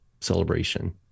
celebration